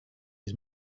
his